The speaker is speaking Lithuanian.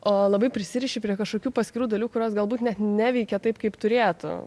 o labai prisiriši prie kažkokių paskirų dalių kurios galbūt net neveikia taip kaip turėtų